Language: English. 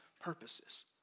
purposes